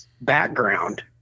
background